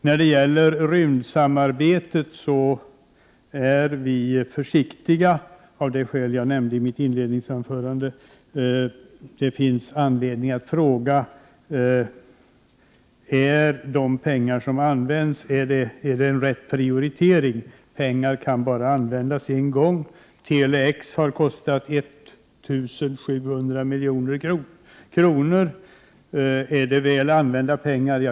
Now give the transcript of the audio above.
När det gäller rymdsamarbetet är vi försiktiga av det skäl som jag nämnde i mitt inledningsanförande. Det finns anledning att fråga om de pengar som används är rätt prioriterade. Pengar kan bara användas en gång. Tele-X har kostat 1 700 milj.kr. Är det väl använda pengar?